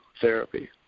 therapy